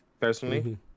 personally